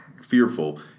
fearful